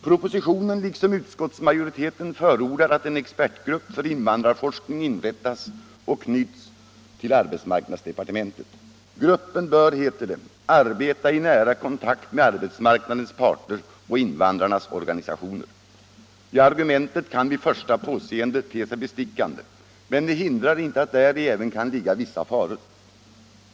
Propositionen liksom utskottsmajoriteten förordar att en expertgrupp för invandrarforskning inrättas och knyts till arbetsmarknadsdepartementet. Gruppen bör, heter det, ”arbeta i nära kontakt med arbetsmarknadens parter och invandrarnas organisationer”. Ja, argumentet kan vid första påseendet te sig bestickande, men det hindrar inte att i förslaget kan ligga vissa faror.